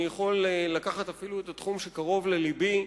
אני יכול אפילו לקחת את התחום שקרוב ללבי,